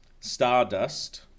Stardust